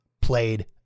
played